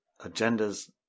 agendas